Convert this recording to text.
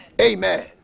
amen